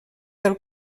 del